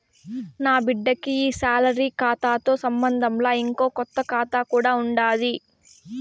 నాబిడ్డకి ఈ సాలరీ కాతాతో సంబంధంలా, ఇంకో కొత్త కాతా కూడా ఉండాది